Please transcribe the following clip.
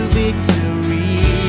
victory